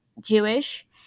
jewish